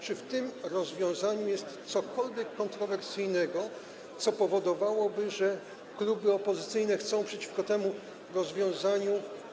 Czy w tym rozwiązaniu jest cokolwiek kontrowersyjnego, co spowodowało, że kluby opozycyjne chcą głosować przeciwko temu rozwiązaniu?